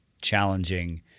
challenging